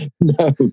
No